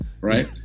right